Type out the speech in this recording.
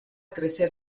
crecer